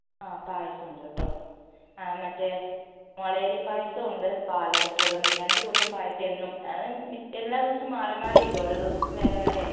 ആ പായസം ഉണ്ട് കേട്ടോ ആ മറ്റേ മുളയരി പായസാവും ഉണ്ട് പാലട പ്രഥമൻ രണ്ട് കൂട്ടം പായസം എന്നും അത് എല്ലാ ദിവസവും മാറി മാറി ഇരിക്കും ഓരോ ദിവസവും വേറെ വേറെ ആയിരിക്കും